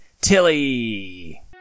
Tilly